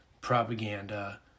propaganda